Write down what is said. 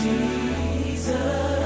Jesus